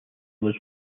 was